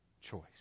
choice